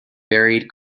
buried